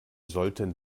sollten